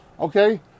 okay